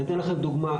אני אתן לכם דוגמא.